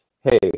Hey